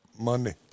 Monday